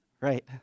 Right